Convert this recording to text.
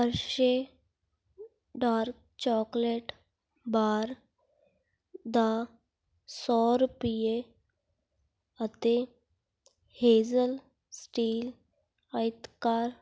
Hershey dark chocolate bar ਦਾ ਸੌ ਰੁਪਈਏ ਅਤੇ ਹੇਜ਼ਲ ਸਟੀਲ ਆਇਤਾਕਾਰ